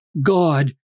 God